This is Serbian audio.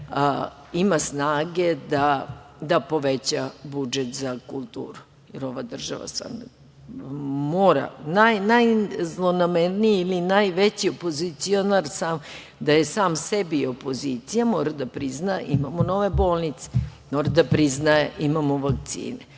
jer ova država stvarno mora, najzlonamerniji ili najveći opozicionar da je sam sebi opozicija, mora da prizna imamo nove bolnice. Mora da prizna imamo vakcine,